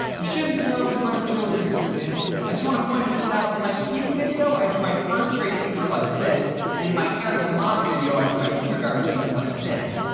you shouldn't smoke in front of children, mr. james. james. i just want to point this out. in my peeing video, i drew my first grade teacher like this. and in my harry the moth video, i drew my kindergarten teacher like this.